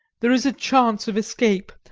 there is a chance of escape,